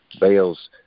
Bales